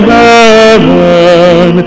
heaven